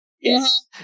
Yes